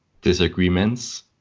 disagreements